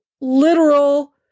literal